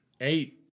eight